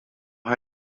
ha